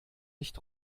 nicht